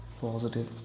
positive